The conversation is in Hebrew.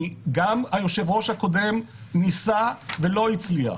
גם היושב-ראש הקודם ניסה ולא הצליח.